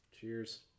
Cheers